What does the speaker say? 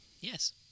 Yes